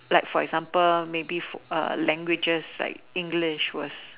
like for example maybe languages like English was